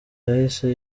yahise